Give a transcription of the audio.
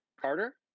Carter